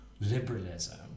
liberalism